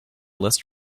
list